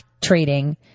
trading